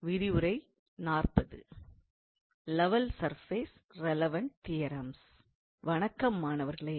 வணக்கம் மாணவர்களே